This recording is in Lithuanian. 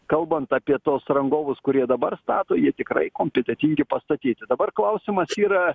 kalbant apie tuos rangovus kurie dabar stato jie tikrai kompetentingi pastatyti dabar klausimas yra